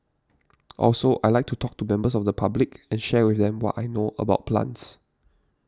also I like to talk to members of the public and share with them what I know about plants